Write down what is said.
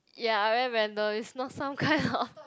ya very random it's not some kind of